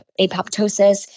apoptosis